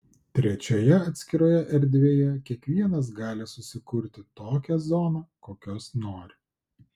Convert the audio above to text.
trečioje atskiroje erdvėje kiekvienas gali susikurti tokią zoną kokios nori